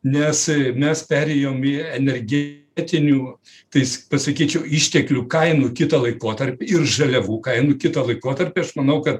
nes mes perėjom į energetinių tais pasakyčiau išteklių kainų kitą laikotarpį ir žaliavų kainų kitą laikotarpį aš manau kad